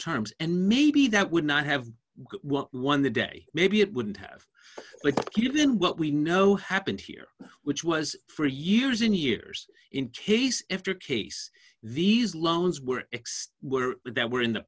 terms and maybe that would not have won the day maybe it wouldn't have but given what we know happened here which was for years in years in case after case these loans were extra that were in the